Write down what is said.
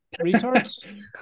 Retards